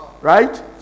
Right